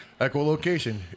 Echolocation